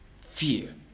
fear